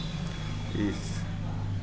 ई